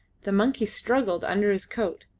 the monkey struggled under his coat.